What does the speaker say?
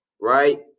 Right